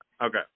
Okay